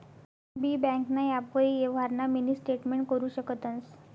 बी ब्यांकना ॲपवरी यवहारना मिनी स्टेटमेंट करु शकतंस